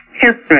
history